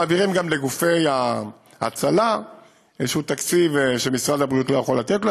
מעבירים גם לגופי ההצלה איזשהו תקציב שמשרד הבריאות לא יכול לתת להם,